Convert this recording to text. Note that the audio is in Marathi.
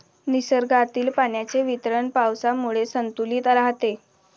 निसर्गातील पाण्याचे वितरण पावसामुळे संतुलित राहते